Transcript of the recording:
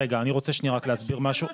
אני רוצה שניה להסביר משהו.